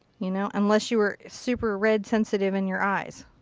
you know. unless you were super red sensitive in your eyes.